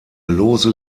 lose